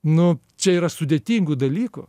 nu čia yra sudėtingų dalykų